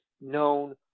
known